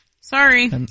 Sorry